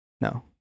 No